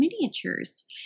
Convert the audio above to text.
miniatures